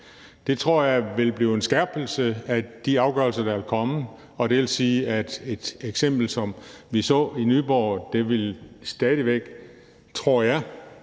Det tror jeg vil blive en skærpelse af de afgørelser, der er kommet, og det vil sige, at man i et eksempel som det, vi så i Nyborg, vil få en meget